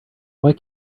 why